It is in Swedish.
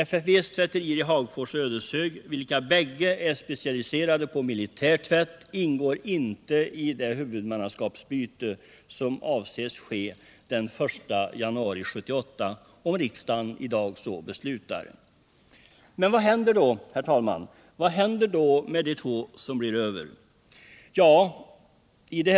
FFV:s tvätterier 117 i Hagfors och Ödeshög, vilka båda är specialiserade på militär tvätt, ingår inte i det huvudmannaskapsbyte som avses ske den 1 januari 1978, om riksdagen i dag så beslutar. Men, herr talman, vad händer då med de två tvätterier som blir över?